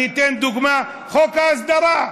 אני אתן דוגמה: חוק ההסדרה.